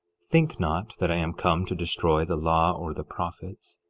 think not that i am come to destroy the law or the prophets.